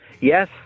Yes